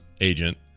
agent